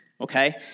Okay